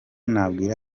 nabwira